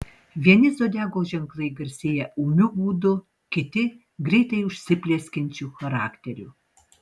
vieni zodiako ženklai garsėja ūmiu būdu kiti greitai užsiplieskiančiu charakteriu